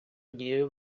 однією